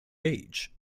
age